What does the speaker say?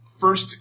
first